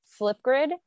Flipgrid